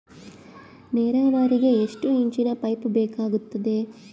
ನೇರಾವರಿಗೆ ಎಷ್ಟು ಇಂಚಿನ ಪೈಪ್ ಬೇಕಾಗುತ್ತದೆ?